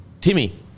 Timmy